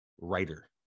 writer